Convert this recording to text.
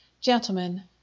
Gentlemen